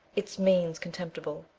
its means contemptible.